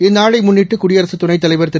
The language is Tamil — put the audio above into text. இந்நாளைமுன்னிட்டுகுடியரசுதுணைத் தலைவர் திரு